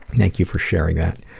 thank you for sharing that.